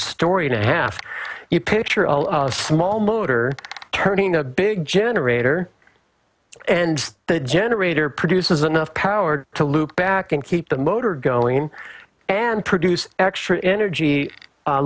story and a half you picture a small motor turning a big generator and the generator produces enough power to loop back and keep the motor going and produce extra energy